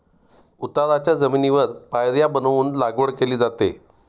उताराच्या जमिनीवर पायऱ्या बनवून लागवड केली जाते